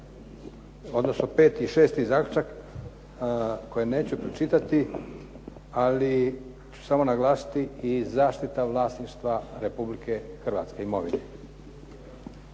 odnosno peti i šesti zaključak koji neću pročitati, ali ću samo naglasiti, i zaštita vlasništva imovine Republike Hrvatske.